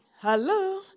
hello